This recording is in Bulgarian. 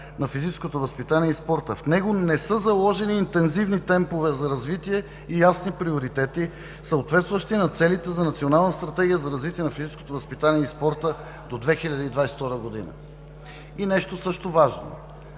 на физическото възпитание и спорта, в него не са заложени интензивни темпове за развитие и ясни приоритети, съответстващи на целите за национална стратегия за развитие на физическото възпитание и спорта до 2022 година. И нещо също важно: